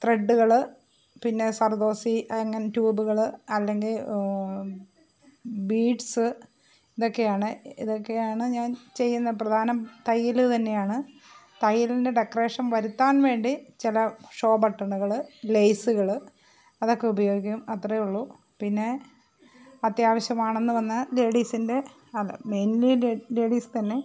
ത്രെഡുകൾ പിന്നെ സർദോസി അങ്ങനെ ടൂബുകൾ അല്ലെങ്കിൽ ബീഡ്സ് ഇ ക്കെയാണ് ഇതൊക്കെയാണ് ഞാൻ ചെയ്യുന്ന പ്രധാനം തയ്യൽ തന്നെയാണ് തയ്യലിൻ്റെ ഡെക്കറേഷൻ വരുത്താൻ വേണ്ടി ചില ഷോ ബട്ടണുകൾ ലെയ്സുകൾ അതൊക്കെ ഉപയോഗിക്കും അത്രയേ ഉള്ളു പിന്നെ അത്യാവിശ്യമാണെന്ന് വന്നാൽ ലേഡീസിൻ്റെ മൈൻലി ലേഡീസ് തന്നെ